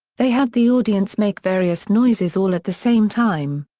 they had the audience make various noises all at the same time.